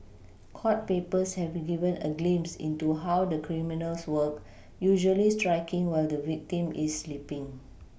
court papers have given a glimpse into how the criminals work usually striking while the victim is sleePing